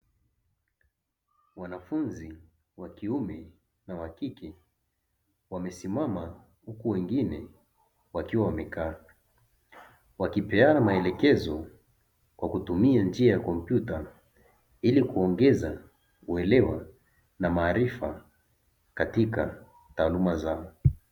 Wanafunzi wa kiume na wa kike wamesimama huku wengine wakiwa wamekaa, wakipeana maelekezo kwa kutumia njia ya kompyuta ili kuongeza uelewa na maarifa katika taaluma zao.